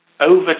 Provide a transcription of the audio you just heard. over